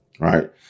right